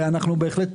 ואנחנו שמחים